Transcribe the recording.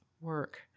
work